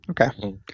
Okay